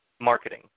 marketing